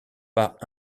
pas